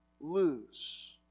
lose